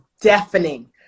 deafening